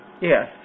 yes